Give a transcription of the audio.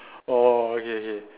oh okay okay